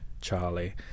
Charlie